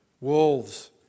Wolves